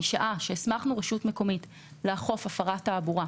משעה שהסמכנו רשות מקומית לאכוף הפרת תעבורה,